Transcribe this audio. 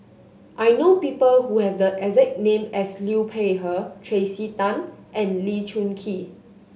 I know people who have the exact name as Liu Peihe Tracey Tan and Lee Choon Kee